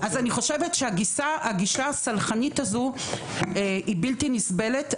אז אני חושבת שהגישה הסלחנית הזו היא בלתי נסבלת,